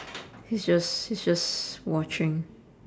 he's just he's just watching